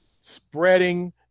spreading